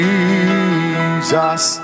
Jesus